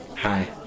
Hi